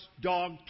dog